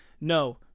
No